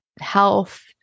health